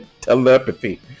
telepathy